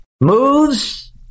Moves